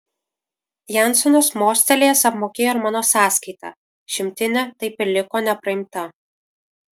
jansonas mostelėjęs apmokėjo ir mano sąskaitą šimtinė taip ir liko nepraimta